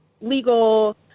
legal